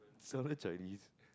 some what Chinese